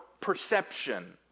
perception